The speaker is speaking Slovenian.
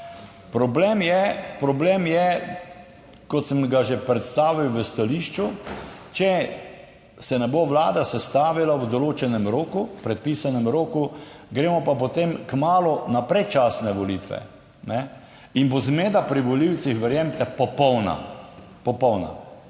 Problem je, kot sem ga že predstavil v stališču, če se ne bo Vlada sestavila v določenem roku, v predpisanem roku, gremo pa potem kmalu na predčasne volitve in bo zmeda pri volivcih, verjemite, popolna,